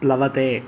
प्लवते